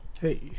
hey